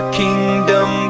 kingdom